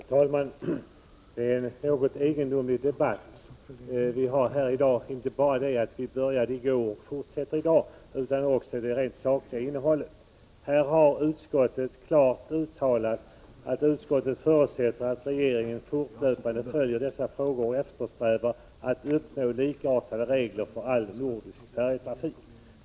Herr talman! Det är en något egendomlig debatt som vi nu för, inte bara därför att den började i går och fortsätter i dag utan också vad gäller det rent sakliga innehållet. Här har utskottet klart uttalat att utskottet förutsätter att regeringen fortlöpande följer dessa frågor och eftersträvar att uppnå likartade regler för all nordisk färjetrafik.